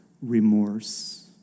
remorse